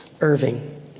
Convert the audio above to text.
Irving